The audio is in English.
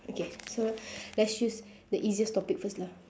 okay so let's choose the easiest topic first lah